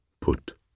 put